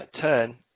turn